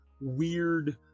weird